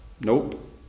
Nope